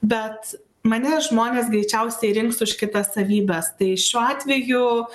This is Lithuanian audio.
bet mane žmonės greičiausiai rinks už kitas savybes tai šiuo atveju